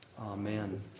Amen